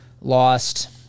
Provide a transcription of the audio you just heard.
lost